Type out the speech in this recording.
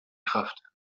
kraft